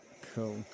Cool